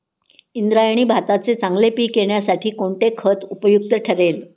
इंद्रायणी भाताचे चांगले पीक येण्यासाठी कोणते खत उपयुक्त ठरेल?